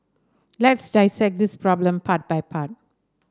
let's dissect this problem part by part